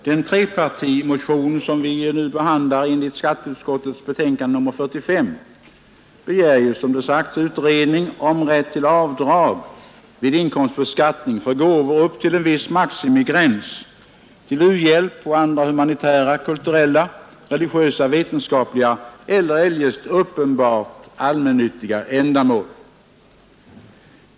Herr talman! Den trepartimotion som vi nu behandlar på grundval av skatteutskottets betänkande nr 45 begär, som det sagts, utredning om rätt till avdrag vid inkomstbeskattningen upp till en viss maximigräns till u-hjälp och andra humanitära ändamål samt kulturella, religiösa, vetenskapliga eller eljest uppenbart allmännyttiga ändamål.